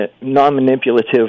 non-manipulative